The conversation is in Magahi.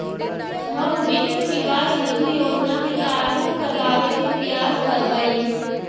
हम वित्त विकास निधि योजना के लागू करबाबे के प्रयास करबई